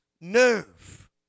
nerve